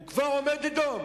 הוא כבר עומד דום.